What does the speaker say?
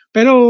Pero